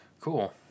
Cool